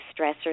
stressors